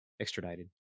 extradited